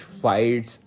fights